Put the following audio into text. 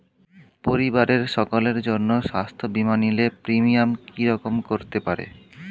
পরিবারের সকলের জন্য স্বাস্থ্য বীমা নিলে প্রিমিয়াম কি রকম করতে পারে?